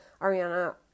Ariana